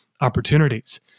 opportunities